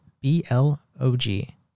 B-L-O-G